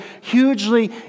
hugely